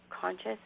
conscious